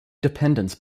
dependence